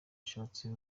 ashatse